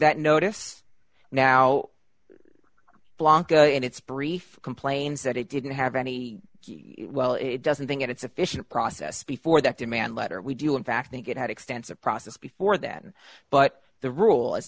that notice now blanca in its brief complains that it didn't have any well it doesn't think it's efficient process before that demand letter we do in fact think it had extensive process before then but the rule